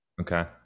Okay